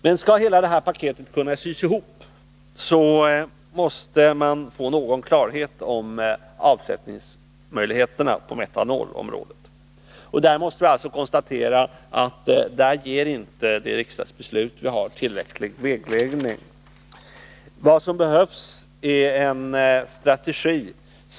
Men skall hela detta paket kunna sys ihop, så måste man få någon klarhet om avsättningsmöjligheterna på metanolområdet. Där måste vi konstatera att det riksdagsbeslut vi fattat inte ger tillräcklig vägledning. Vad som behöv metanol i Sverige.